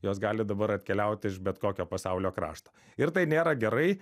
jos gali dabar atkeliaut iš bet kokio pasaulio krašto ir tai nėra gerai